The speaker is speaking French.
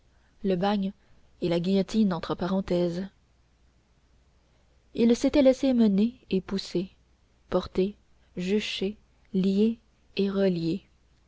le bagne et la guillotine entre parenthèses il s'était laissé mener et pousser porter jucher lier et relier